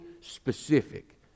specific